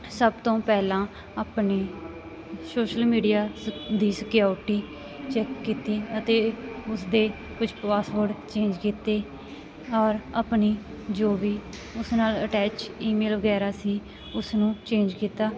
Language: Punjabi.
ਸਭ ਤੋਂ ਪਹਿਲਾਂ ਆਪਣੇ ਸੋਸ਼ਲ ਮੀਡੀਆ ਸ ਦੀ ਸਕਿਉਰਟੀ ਚੈੱਕ ਕੀਤੀ ਅਤੇ ਉਸਦੇ ਕੁਛ ਪਾਸਵਰਡ ਚੇਂਜ ਕੀਤੇ ਔਰ ਆਪਣੀ ਜੋ ਵੀ ਉਸ ਨਾਲ ਅਟੈਚ ਈਮੇਲ ਵਗੈਰਾ ਸੀ ਉਸਨੂੰ ਚੇਂਜ ਕੀਤਾ